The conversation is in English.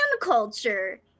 culture